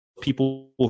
people